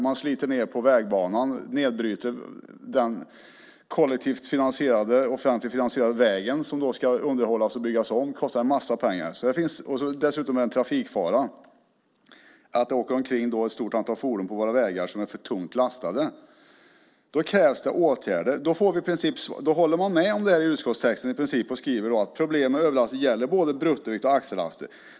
Man sliter ned den offentligt finansierade vägen som måste underhållas och byggas om. Det kostar massor med pengar. Dessutom är det en trafikfara att det åker omkring ett stort antal fordon på våra vägar som är för tungt lastade. Då krävs det åtgärder. Man håller med om detta i utskottstexten och skriver: Problem med överlaster gäller både bruttovikt och axellaster.